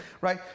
right